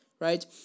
right